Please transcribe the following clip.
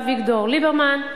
אביגדור ליברמן,